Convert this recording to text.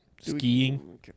skiing